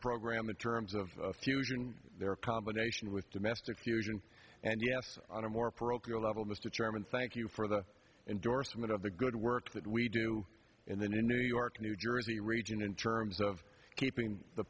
program in terms of fusion there combination with domestic fusion and yes on a more parochial level mr chairman thank you for the endorsement of the good work that we do in the new york new jersey region in terms of keeping the